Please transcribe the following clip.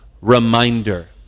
reminder